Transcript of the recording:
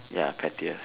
ya pettiest